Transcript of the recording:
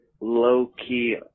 low-key